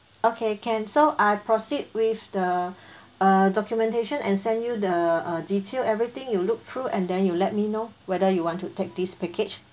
okay can so I proceed with the uh documentation and send you the uh detail everything you look through and then you let me know whether you want to take this package